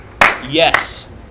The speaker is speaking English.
yes